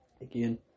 Again